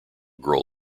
girl